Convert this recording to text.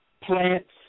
plants